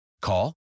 Call